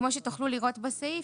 כמו שתוכלו לראות בסייף,